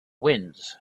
winds